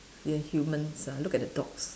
ya humans ah look at the dogs